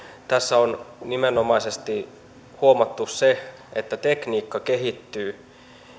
tässä on nimenomaisesti huomattu se että tekniikka kehittyy